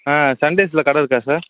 ஆ சன்டேஸில் கடை இருக்கா சார்